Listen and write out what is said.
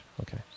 Okay